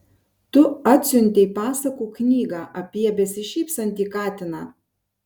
tu atsiuntei pasakų knygą apie besišypsantį katiną